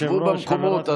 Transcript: שבו במקומות,